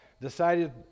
decided